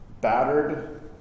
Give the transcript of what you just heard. battered